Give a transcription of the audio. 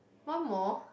one more